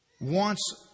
wants